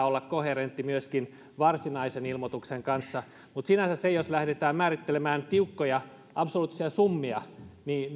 olla koherentti myöskin varsinaisen ilmoituksen kanssa mutta sinänsä siinä jos lähdetään määrittelemään tiukkoja absoluuttisia summia